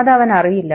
അത് അവനറിയില്ല